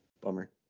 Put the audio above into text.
Bummer